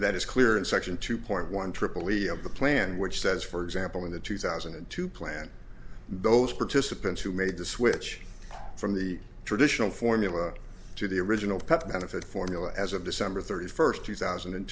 that is clear in section two point one tripoli of the plan which says for example in the two thousand and two plan those participants who made the switch from the traditional formula to the original pep benefit formula as of december thirty first two thousand and